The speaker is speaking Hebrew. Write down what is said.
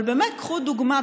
אבל באמת קחו דוגמה.